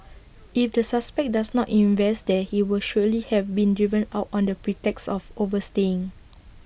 if the suspect does not invest there he would surely have been driven out on the pretext of overstaying